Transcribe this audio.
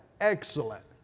excellent